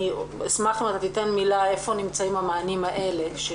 אני אשמח אם אתה תיתן מלה איפה נמצאים המענים האלה.